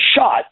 shot